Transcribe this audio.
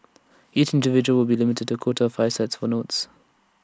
each individual will be limited to quota five sets for notes